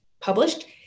published